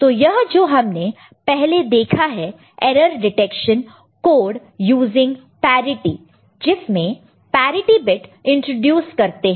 तो यह जो हमने पहले देखा है error detection code using parity जिसमें पैरिटि बिट इंट्रोड्यूस करते हैं